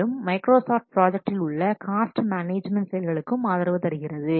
மேலும் மைக்ரோசாஃப்ட் ப்ராஜெக்டில் உள்ள காஸ்ட் மேனேஜ்மென்ட் செயல்களுக்கும் ஆதரவு தருகிறது